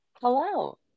Hello